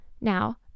Now